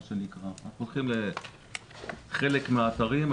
אנחנו הולכים לחלק מהאתרים,